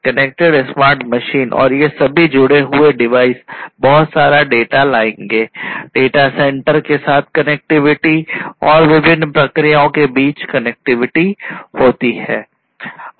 connection के साथ connectivity और विभिन्न प्रक्रियाओं के बीच कनेक्टिविटी होती है